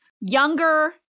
younger